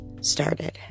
started